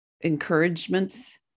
encouragements